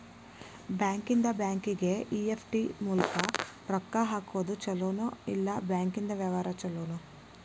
ಬ್ಯಾಂಕಿಂದಾ ಬ್ಯಾಂಕಿಗೆ ಇ.ಎಫ್.ಟಿ ಮೂಲ್ಕ್ ರೊಕ್ಕಾ ಹಾಕೊದ್ ಛಲೊನೊ, ಇಲ್ಲಾ ಬ್ಯಾಂಕಿಂದಾ ವ್ಯವಹಾರಾ ಛೊಲೊನೊ?